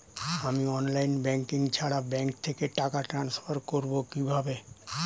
আমি online banking ছাড়া bank থেকে টাকা ট্রান্সফার করবো কিভাবে?